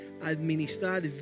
administrar